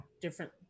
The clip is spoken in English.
different